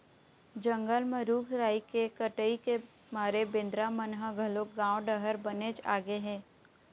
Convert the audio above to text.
जंगल म रूख राई के कटई के मारे बेंदरा मन ह घलोक गाँव डहर बनेच आगे हे